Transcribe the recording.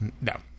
no